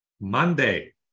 Monday